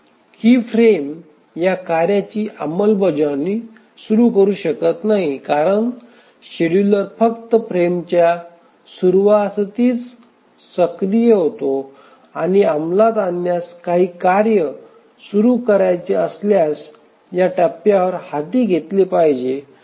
ही frame या कार्याची अंमलबजावणी सुरू करू शकत नाही कारण शेड्युलर फक्त फ्रेमच्या सुरूवातीसच सक्रिय होतो आणि अंमलात आणण्यास काही कार्य सुरू करायचे असल्यास या टप्प्यावर हाती घेतले पाहिजे